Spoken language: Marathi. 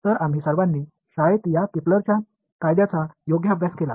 तर आम्ही सर्वांनी शाळेत या केपलरच्या कायद्याचा योग्य अभ्यास केला